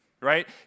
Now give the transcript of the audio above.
right